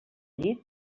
llit